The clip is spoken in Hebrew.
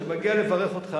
כשמגיע לברך אותך,